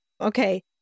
Okay